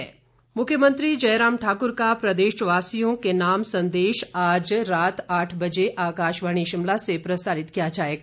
मुख्यमंत्री मुख्यमंत्री जय राम ठाकुर का प्रदेशवासियों ने नाम संदेश आज रात आठ बजे आकाशवाणी शिमला से प्रसारित किया जाएगा